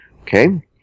Okay